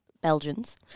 Belgians